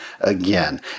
again